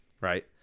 right